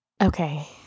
Okay